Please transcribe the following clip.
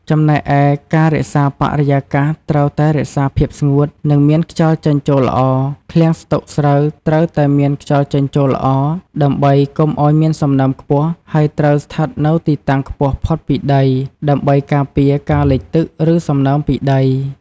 ចំណែកឯការរក្សាបរិយាកាសត្រូវតែរក្សាភាពស្ងួត និងមានខ្យល់ចេញចូលល្អ ឃ្លាំងស្តុកស្រូវត្រូវតែមានខ្យល់ចេញចូលល្អ ដើម្បីកុំឲ្យមានសំណើមខ្ពស់ ហើយត្រូវស្ថិតនៅទីតាំងខ្ពស់ផុតពីដី ដើម្បីការពារការលិចទឹក ឬសំណើមពីដី។